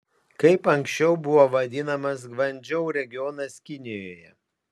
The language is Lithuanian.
kaip anksčiau buvo vadinamas guangdžou regionas kinijoje